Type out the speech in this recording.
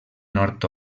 nord